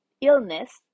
illness